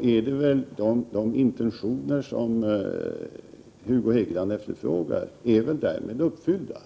är väl de intentioner som Hugo Hegeland efterlyser därmed uppfyllda.